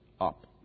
up